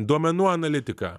duomenų analitika